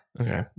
Okay